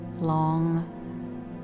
long